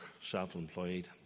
self-employed